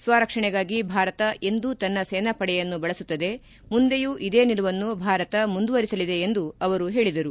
ಸ್ತರಕ್ಷಣೆಗಾಗಿ ಭಾರತ ಎಂದೂ ತನ್ನ ಸೇನಾಪಡೆಯನ್ನು ಬಳಸುತ್ತದೆ ಮುಂದೆಯೂ ಇದೇ ನಿಲುವನ್ನು ಭಾರತ ಮುಂದುವರೆಸಲಿದೆ ಎಂದು ಅವರು ಹೇಳಿದರು